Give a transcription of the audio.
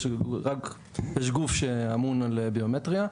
יש גוף שאמון על ביומטריה,